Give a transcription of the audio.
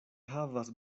havas